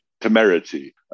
temerity